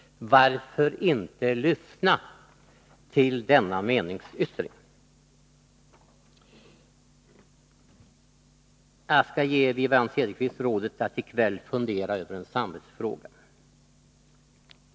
Varför inte lyssna till denna meningsyttring? Jag skall ge Wivi-Anne Cederqvist rådet att i kväll fundera över en samvetsfråga.